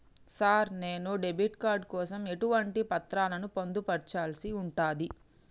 Sir నేను debit card కోసం ఎటువంటి పత్రాలను పొందుపర్చాల్సి ఉంటది?